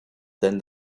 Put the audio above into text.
then